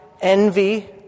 envy